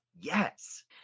yes